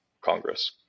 Congress